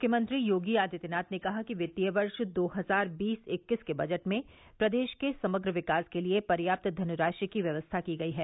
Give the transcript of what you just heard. मुख्यमंत्री योगी आदित्यनाथ ने कहा कि वित्तीय वर्ष दो हजार बीस इक्कीस के बजट में प्रदेश के समग्र विकास के लिये पर्याप्त धनराशि की व्यवस्था की गई है